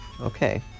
Okay